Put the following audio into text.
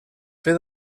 fer